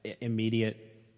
immediate